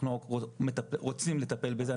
אנחנו רוצים לטפל בזה,